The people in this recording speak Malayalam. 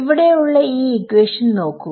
ഇവിടെ ഉള്ള ഈ ഇക്വേഷൻ നോക്കുക